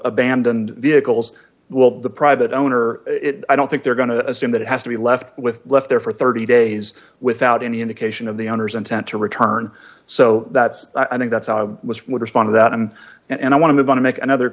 abandoned vehicles will the private owner i don't think they're going to assume that it has to be left with left there for thirty days without any indication of the owner's intent to return so that's i think that's i would respond that him and i want to move on to make another